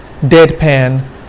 deadpan